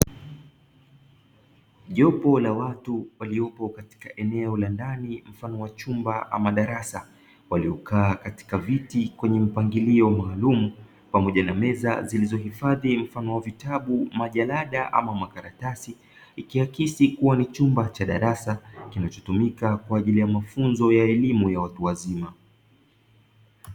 Jopo la watu waliopo katika eneo la ndani mfano wa chumba au darasa waliokaa katika viti kwa mpangilio maalumu pamoja na meza iliyohifadhi mfano wa majalada au makaratasi ikiakisi kuwa ni chumba cha darasa kinachotumika kwa ajili ya elimu ya mafunzo ya watu wazima.